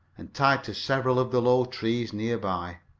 and tied to several of the low trees near by.